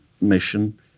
mission